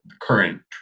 current